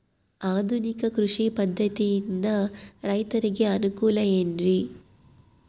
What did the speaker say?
ಆಧುನಿಕ ಕೃಷಿ ಪದ್ಧತಿಯಿಂದ ರೈತರಿಗೆ ಅನುಕೂಲ ಏನ್ರಿ?